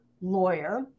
lawyer